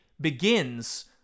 begins